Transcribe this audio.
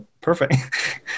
perfect